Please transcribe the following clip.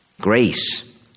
Grace